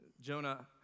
Jonah